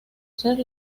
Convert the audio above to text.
ser